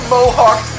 Mohawk